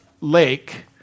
lake